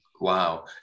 Wow